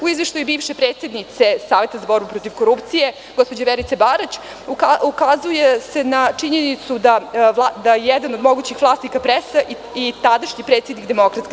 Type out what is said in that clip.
U izveštaju bivše predsednice Sveta za borbu protiv korupcije, gospođe Verice Barać, ukazuje se na činjenicu da jedan od mogućih vlasnika „Pres“ i tadašnji predsednik DS.